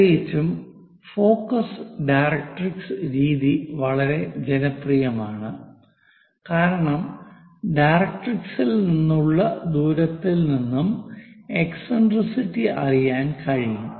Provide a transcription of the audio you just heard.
പ്രത്യേകിച്ചും focus directrix രീതി വളരെ ജനപ്രിയമാണ് കാരണം ഡയറക്ട്രിക്സിൽ നിന്നുള്ള ദൂരത്തിൽ നിന്നും എസ്സെൻട്രിസിറ്റി അറിയാൻ കഴിയും